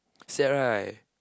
sad right